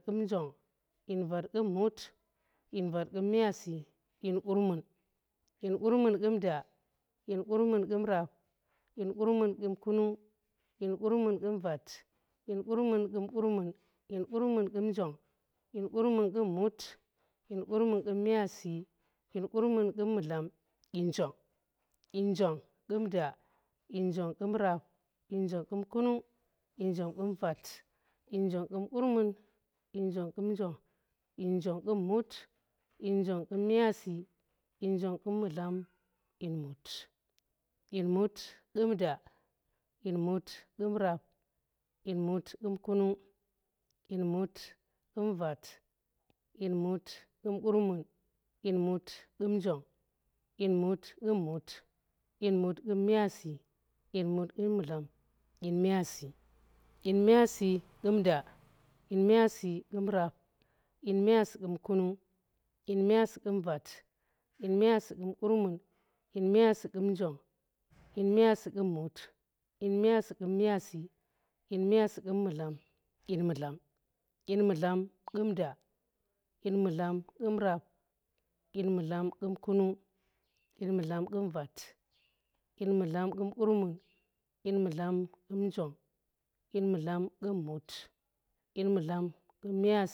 Alyin vat qum njong, dyin vat qum muti dyin vat qum. myazi, dyin vat qum mudlam, dyin qurmun. dyin qurmun qumda, dyin qurmun gum ap,. dyai qurmun qum kunung dyari qurmun gun njong. dyan qurmun qum mut, dyari qurmun, qum yong dyon. qurmun qum mut, dyari qurmun qun mudlam dyri yong. dyin njong, qum jong, dyun jong, qum mut, dyin njong qum myazi dyu dyan mut qum da dyuri. mut qum rap dyin mut qum kunung, dyin mut qum njong,, dyin mut qum,. mut qam myazi, dyin muj qum mudlam, dyun nyazi dyin myazi qum kunung, dyin myazi qum vat, dyan myazi qum, qum njong, dyan myazi qum muti, dyari myazi qum myazi, dyin myazi qum mudlam, dyin mudlam qumda dyari mutlam qum mudlam dyin mudlam,. qum njong, dyin mudlam qum mut, dyin mudlam gum myazi